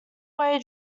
way